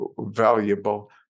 valuable